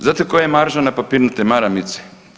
Znate koja je marža na papirnate maramice?